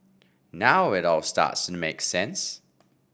now it all starts make sense